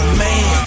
man